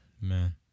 man